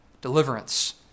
deliverance